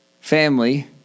family